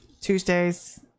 Tuesdays